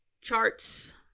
charts